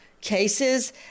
cases